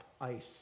ice